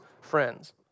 friends